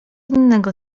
innego